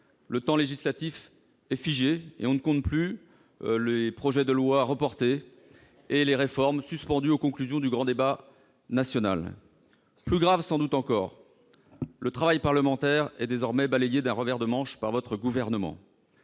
le temps législatif est figé et on ne compte plus les projets de loi reportés et les réformes suspendues aux conclusions du grand débat national. Plus grave encore, sans doute, le travail parlementaire est désormais balayé d'un revers de manche par votre gouvernement.